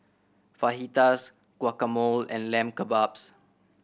Fajitas Guacamole and Lamb Kebabs